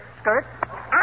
Skirt